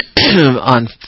on